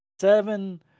seven